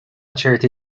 ċerti